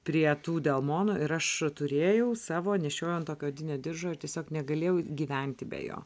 prie tų delmonų ir aš turėjau savo nešiojau ant tokio odinio diržo ir tiesiog negalėjau gyventi be jo